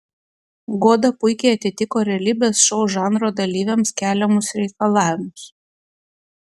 goda puikiai atitiko realybės šou žanro dalyviams keliamus reikalavimus